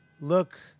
Look